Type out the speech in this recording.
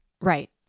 Right